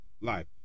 life